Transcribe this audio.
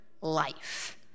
life